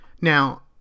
Now